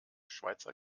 schweizer